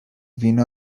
vino